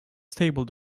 stable